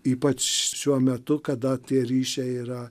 ypač šiuo metu kada tie ryšiai yra